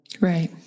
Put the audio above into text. Right